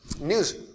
news